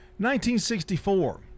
1964